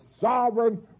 sovereign